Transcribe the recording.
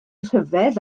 rhyfedd